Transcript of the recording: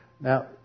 Now